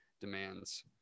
demands